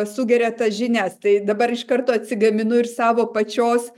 sugeria tas žinias tai dabar iš karto atsigaminu ir savo pačios